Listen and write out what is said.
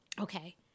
okay